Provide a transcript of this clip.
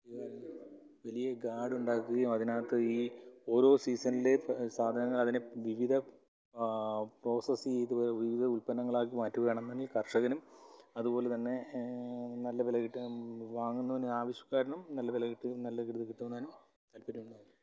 വലിയ ഗാർഡ് ഉണ്ടാക്കുകയും അതിനകത്ത് ഈ ഓരോ സീസണിലെ സാധനങ്ങൾ അതിനെ വിവിധ പ്രോസസ്സ് ചെയ്ത് വിവിധ ഉല്പന്നങ്ങളാക്കി മാറ്റുകയാണെങ്കിൽ കർഷകനും അതുപോലെ തന്നെ നല്ല വില കിട്ടും വാങ്ങുന്നവന് ആവശ്യക്കാരനും നല്ല വില കിട്ടുകയും നല്ല രീതിയിൽ വിൽക്കുവാനും താല്പര്യമുണ്ടാകും